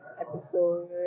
episode